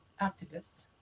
activist